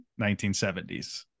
1970s